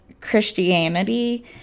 christianity